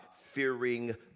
fearing